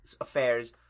Affairs